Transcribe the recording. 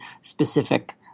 specific